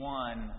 one